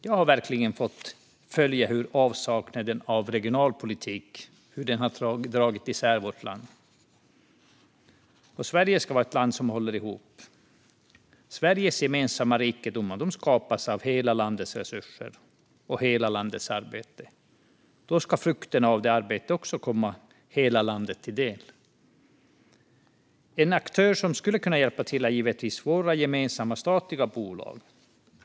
Jag har verkligen fått följa hur avsaknaden av regionalpolitik har dragit isär vårt land. Sverige ska vara ett land som håller ihop. Sveriges gemensamma rikedomar skapas av hela landets resurser och hela landets arbete. Då ska frukterna av det arbetet också komma hela landet till del. En aktör som skulle kunna hjälpa till är givetvis våra gemensamma statliga bolag.